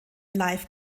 live